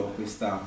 questa